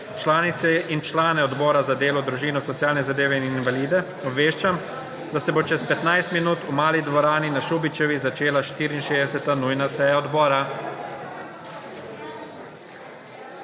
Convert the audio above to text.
Članice in člane Odbora za delo, družino, socialne zadeve in invalide obveščam, da se bo čez 15 minut v mali dvorani na Šubičeva začela 54. nujna seja odbora.